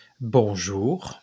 bonjour